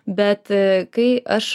bet kai aš